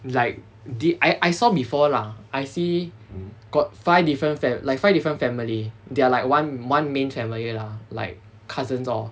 like the I I saw before lah I see got five different fa~ like five different family they are like one one main family lah like cousins lor